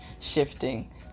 shifting